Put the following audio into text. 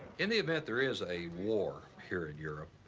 in the event there is a war here in europe,